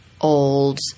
old